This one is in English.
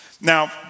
Now